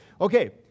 Okay